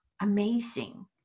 amazing